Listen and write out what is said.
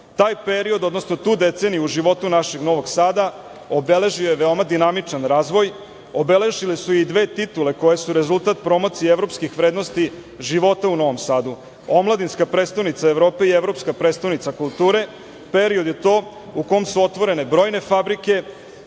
Taj period, odnosno tu deceniju u životu našeg Novog Sada, obeležio je veoma dinamičan razvoj, obeležile su i dve titule koje su rezultat promocije evropskih vrednosti života u Novom Sadu - omladinska prestonica Evrope i evropska prestonica kulture. To je period u kom su otvorene brojne fabrike,